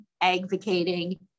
advocating